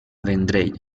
vendrell